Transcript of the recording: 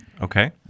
Okay